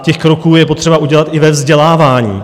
Těch kroků je potřeba udělat i ve vzdělávání.